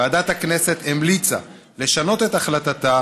ועדת הכנסת המליצה לכנסת לשנות את החלטתה